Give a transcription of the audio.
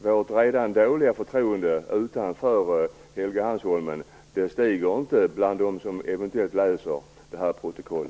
Det redan dåliga förtroendet för oss utanför Helgeandsholmen stiger inte bland dem som eventuellt läser detta protokoll.